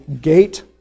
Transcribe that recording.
gate